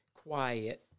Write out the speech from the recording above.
quiet